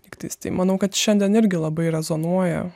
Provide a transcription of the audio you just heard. lygtais tai manau kad šiandien irgi labai rezonuoja